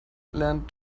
lernt